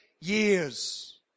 years